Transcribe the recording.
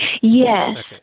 Yes